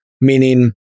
meaning